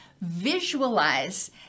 visualize